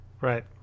Right